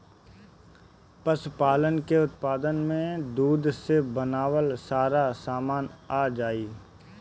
पशुपालन के उत्पाद में दूध से बनल सारा सामान आ जाई